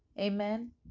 Amen